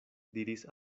diris